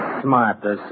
smart